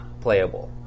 playable